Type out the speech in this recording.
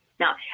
Now